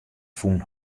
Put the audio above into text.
fûn